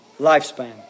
lifespan